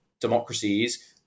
democracies